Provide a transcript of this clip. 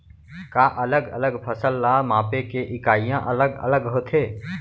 का अलग अलग फसल ला मापे के इकाइयां अलग अलग होथे?